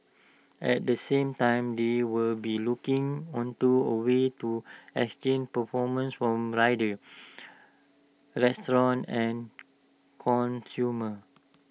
at the same time they will be looking onto A ways to extinct performance form riders restaurants and consumers